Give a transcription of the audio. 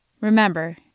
Remember